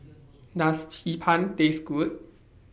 Does Hee Pan Taste Good